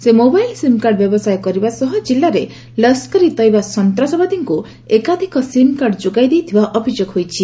ସେ mobile sim card ବ୍ୟବସାୟ କରିବା ସହ କିଲ୍ଲାରେ ଲସ୍କର ଇ ଡଇବା ସନ୍ତାସବାଦୀଙ୍କୁ ଏକାଧିକ ସିମ୍କାର୍ଡ଼ ଯୋଗାଇ ଦେଇଥିବା ଅଭିଯୋଗ ହୋଇଛି